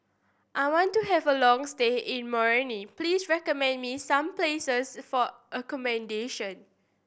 I want to have a long stay in Moroni please recommend me some places for accommodation